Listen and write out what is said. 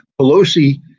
Pelosi